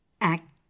Act